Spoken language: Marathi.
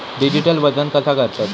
डिजिटल वजन कसा करतत?